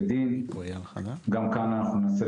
וגם לתת